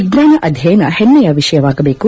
ವಿಜ್ಞಾನಅಧ್ವಯನ ಹೆಮೆಯ ವಿಷಯವಾಗಬೇಕು